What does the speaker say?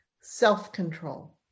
self-control